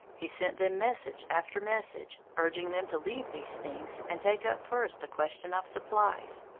he sent them message after message, urging them to leave these things, and take up first the question of supplies.